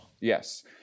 yes